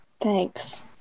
Thanks